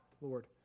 Lord